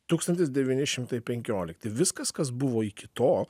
tūkstantis devyni šimtai penkiolikti viskas kas buvo iki to